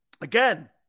Again